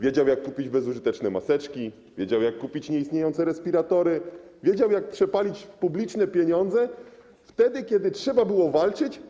wiedział, jak kupić bezużyteczne maseczki, wiedział, jak kupić nieistniejące respiratory, wiedział, jak przepalić publiczne pieniądze wtedy, kiedy trzeba było walczyć.